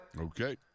Okay